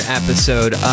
episode